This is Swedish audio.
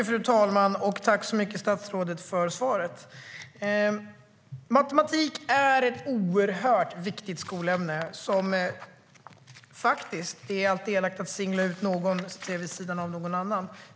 Fru talman! Jag tackar statsrådet för svaret. Matematik är ett oerhört viktigt skolämne som förtjänar en särskild roll, även om det alltid är elakt att "singla ut" någon vid sidan av någon annan.